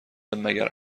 مگر